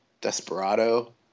Desperado